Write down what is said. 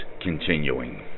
continuing